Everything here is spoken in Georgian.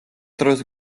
დროს